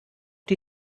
die